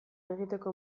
egiteko